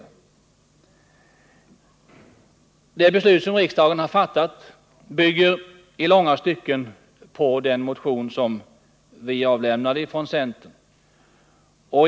Det beslut om ny läroplan som riksdagen har fattat bygger i långa stycken på den motion som vi avlämnade från centern.